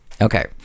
Okay